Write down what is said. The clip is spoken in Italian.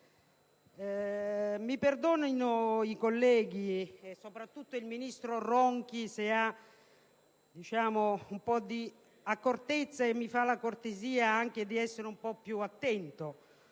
mi perdonino i colleghi e soprattutto il ministro Ronchi - se ha un po' di accortezza e mi fa la cortesia di essere più attento